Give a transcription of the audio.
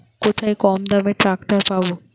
কোথায় কমদামে ট্রাকটার পাব?